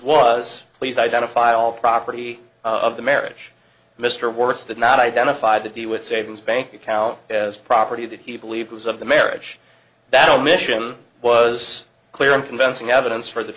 was please identify all property of the marriage mr wertz the not identified to deal with savings bank account as property that he believed was of the marriage that omission was clear and convincing evidence for the